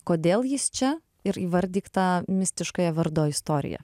kodėl jis čia ir įvardyk tą mistiškąją vardo istoriją